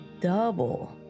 double